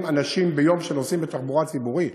אנשים ביום שנוסעים בתחבורה הציבורית.